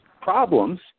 problems